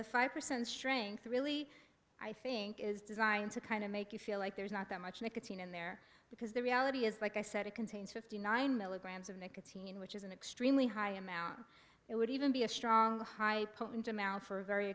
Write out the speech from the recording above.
the five percent strength really i think is designed to kind of make you feel like there's not that much nicotine in there because the reality is like i said it contains fifty nine milligrams of nicotine which is an extremely high amount it would even be a strong h